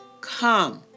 come